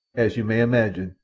as you may imagine,